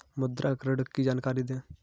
मुद्रा ऋण की जानकारी दें?